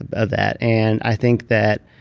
of that, and i think that